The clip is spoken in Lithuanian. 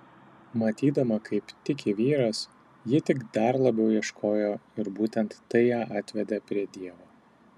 matydama kaip tiki vyras ji tik dar labiau ieškojo ir būtent tai ją atvedė prie dievo